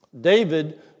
David